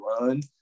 run